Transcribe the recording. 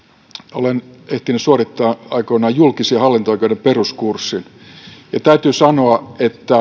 olen ehtinyt suorittaa aikoinaan julkis ja hallinto oikeuden peruskurssin ja täytyy sanoa että